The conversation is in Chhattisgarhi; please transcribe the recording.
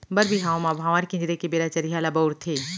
बर बिहाव म भांवर किंजरे के बेरा चरिहा ल बउरथे